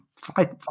fight